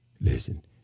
Listen